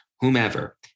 whomever